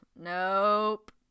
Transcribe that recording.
Nope